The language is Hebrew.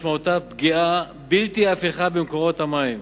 משמעותה פגיעה בלתי הפיכה במקורות המים,